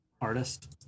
artist